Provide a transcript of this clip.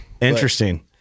Interesting